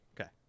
Okay